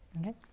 Okay